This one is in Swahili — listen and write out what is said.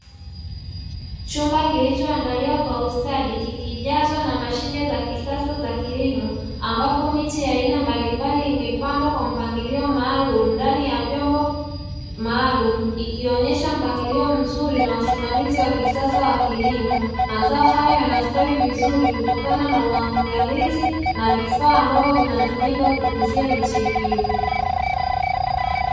Chumba kilicho andaliwa kwa ustadi kikijazwa na mashine za kisasa za kilimo ambapo miche ya aina mbali mbali imepandwa kwa mpangilio maalumu ndani ya vyombo maalumu ikionesha mpangilio mzuri na usimamizi wa kisasa wa kilimo, mazao haya yanastawi vizuri kutokana na uangalizi na vifaa vinavyitumika kukuzia miche hiyo.